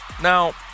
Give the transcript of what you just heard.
Now